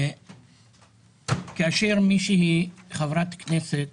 כאשר חברת כנסת